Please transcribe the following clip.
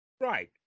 Right